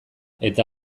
eta